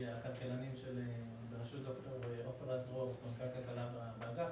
הכלכלנים בראשות סמנכ"ל כלכלה באגף,